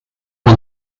one